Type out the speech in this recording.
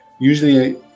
usually